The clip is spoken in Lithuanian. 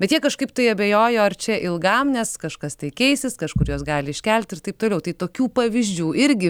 bet jie kažkaip tai abejojo ar čia ilgam nes kažkas tai keisis kažkur juos gali iškelti ir taip toliau tai tokių pavyzdžių irgi